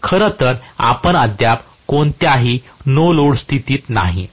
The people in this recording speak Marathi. खरं तर आपण अद्याप कोणत्याही नो लोड स्थितीत नाही